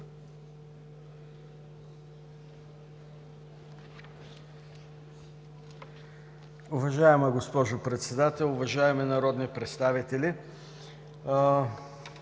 Уважаема госпожо Председател, уважаеми народни представители!